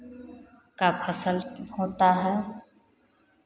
का फसल होता है